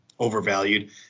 overvalued